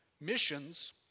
Missions